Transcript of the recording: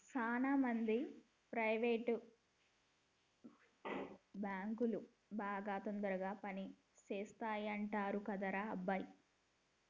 సాన మంది ప్రైవేట్ బాంకులు బాగా తొందరగా పని చేస్తాయంటరు కదరా అబ్బాయి